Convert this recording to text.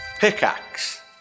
Pickaxe